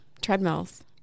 treadmills